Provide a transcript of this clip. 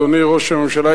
אדוני ראש הממשלה,